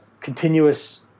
continuous